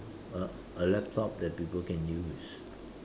a a laptop that people can use